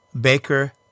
Baker